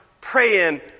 praying